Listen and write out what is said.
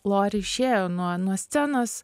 lori išėjo nuo nuo scenos